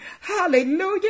Hallelujah